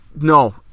no